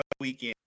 weekend